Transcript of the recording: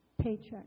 paycheck